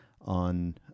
on